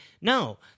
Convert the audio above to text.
No